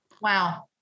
Wow